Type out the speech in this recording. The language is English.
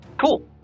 Cool